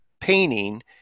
painting